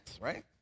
right